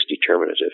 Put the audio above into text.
determinative